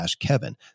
kevin